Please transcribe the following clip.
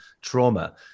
trauma